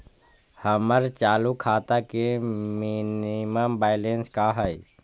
हमर चालू खाता के मिनिमम बैलेंस का हई?